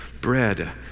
bread